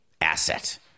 asset